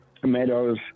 tomatoes